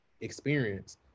experience